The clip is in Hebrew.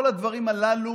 כל הדברים הללו